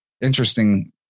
interesting